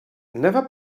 never